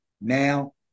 now